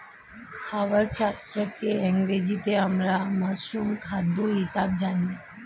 খাবার ছত্রাককে ইংরেজিতে আমরা মাশরুম খাদ্য হিসেবে জানি